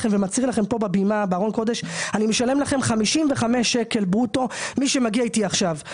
על הבמה שאני משלם 55 שקל ברוטו למי שמגיע איתי עכשיו".